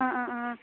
অঁ অঁ অঁ